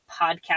podcast